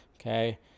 okay